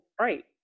Right